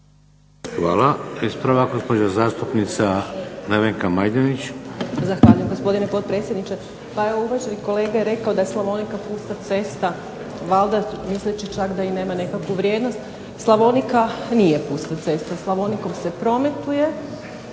Hvala. Ispravak, gospođa zastupnica Nevenka Majdenić. **Majdenić, Nevenka (HDZ)** Zahvaljujem gospodine potpredsjedniče. Pa evo uvaženi kolega je rekao da je Slavonika pusta cesta valjda misleći čak da i nema nekakvu vrijednost. Slavonika nije pusta cesta, Slavonikom se prometuje,